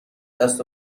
دست